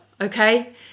okay